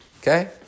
okay